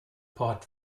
port